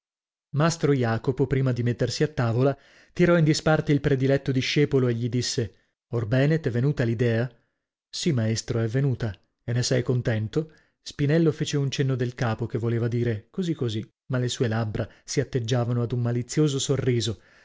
mastro jacopo prima di mettersi e tavola tirò in disparte il prediletto discepolo e gli disse orbene t'è venuta l'idea sì maestro è venuta e ne sei contento spinello fece un cenno del capo che voleva dire così così ma le sue labbra si atteggiavano ad un malizioso sorriso